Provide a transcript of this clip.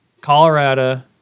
Colorado